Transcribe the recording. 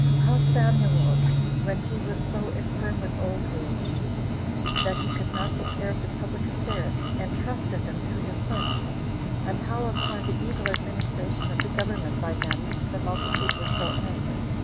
how samuel when he was so infirm with old age that he could not take care of the public affairs intrusted them to his sons and how upon the evil administration of the government by them the multitude were so angry,